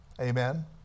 Amen